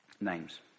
names